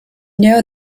know